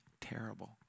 terrible